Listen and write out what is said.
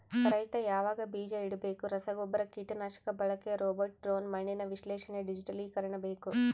ರೈತ ಯಾವಾಗ ಬೀಜ ಇಡಬೇಕು ರಸಗುಬ್ಬರ ಕೀಟನಾಶಕ ಬಳಕೆ ರೋಬೋಟ್ ಡ್ರೋನ್ ಮಣ್ಣಿನ ವಿಶ್ಲೇಷಣೆ ಡಿಜಿಟಲೀಕರಣ ಬೇಕು